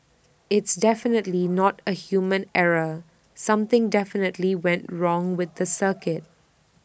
it's definitely not A human error something definitely went wrong with the circuit